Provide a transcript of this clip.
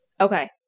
Okay